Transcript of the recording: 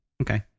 Okay